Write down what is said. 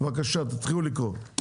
בבקשה, להתחיל להקריא את התקנות.